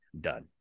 Done